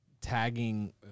tagging